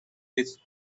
his